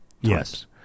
Yes